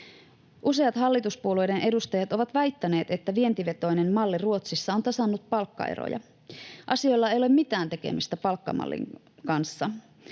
Useat hallituspuolueiden edustajat ovat väittäneet, että vientivetoinen malli Ruotsissa on tasannut palkkaeroja. Asioilla ei ole mitään tekemistä palkkamallin kanssa.